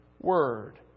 Word